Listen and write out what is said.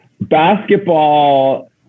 basketball